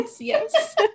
yes